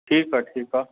ठीकु आहे ठीकु आहे